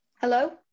Hello